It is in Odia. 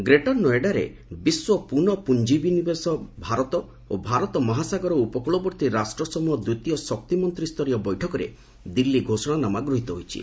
ଗ୍ରେଟର ନୋଇଡ଼ାରେ ବିଶ୍ୱ ପୁନଃ ପୁଞ୍ଜି ବିନିଯୋଗ ଭାରତ ଓ ଭାରତ ମହାସାଗର ଉପକୃଳବର୍ତ୍ତୀ ରାଷ୍ଟ୍ର ସମୃହ ଦ୍ୱିତୀୟ ଶକ୍ତିମନ୍ତ୍ରୀ ସ୍ତରୀୟ ବୈଠକରେ ଦିଲ୍ଲୀ ଘୋଷଣାନାମା ଗୃହିତ ହୋଇଛି